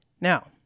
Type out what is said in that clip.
Now